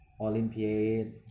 Olympiad